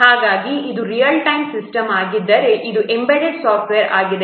ಹಾಗಾಗಿ ಇದು real time system ಆಗಿದ್ದರೆ ಇದು ಎಂಬೆಡೆಡ್ ಸಾಫ್ಟ್ವೇರ್ ಆಗಿದೆ